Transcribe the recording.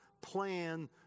plan